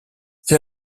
they